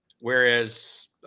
Whereas